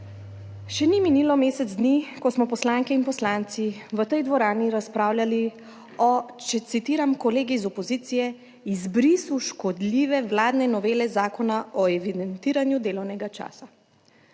Še ni minilo mesec dni, ko smo poslanke in poslanci v tej dvorani razpravljali o, če citiram kolegi iz opozicije, izbrisu škodljive vladne novele Zakona o evidentiranju delovnega časa.